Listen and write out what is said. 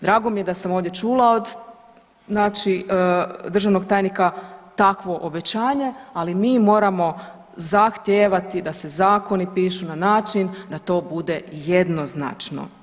Drago mi je da sam ovdje čula od znači državnog tajnika takvo obećanje, ali mi moramo zahtijevati da se zakoni pišu na način da to bude jednoznačno.